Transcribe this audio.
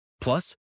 Plus